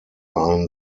einen